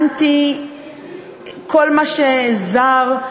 אנטי כל מה שזר,